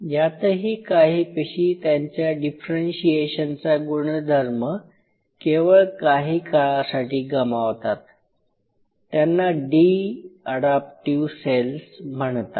यातही काही पेशी त्यांचा डिफरेंशीएशनचा गुणधर्म केवळ काही काळासाठी गमावतात त्यांना डी अडाप्टीव सेल्स म्हणतात